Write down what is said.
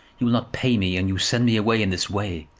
you will not pay me, and you send me away in this way?